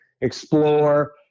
explore